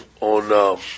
on